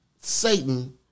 Satan